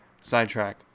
sidetrack